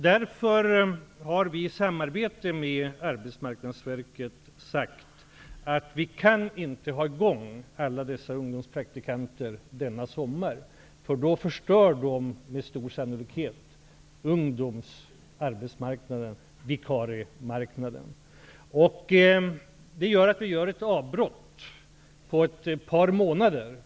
Därför har vi i samarbete med Arbetsmarknadsverket sagt att vi denna sommar inte kan ha i gång alla dessa ungdomspraktikanter. Det skulle med stor sannolikhet förstöra ungdomsarbetsmarknaden -- vikariearbetsmarknaden. Detta innebär att vi gör ett avbrott i ungdomspraktiken på ett par månader.